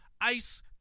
ice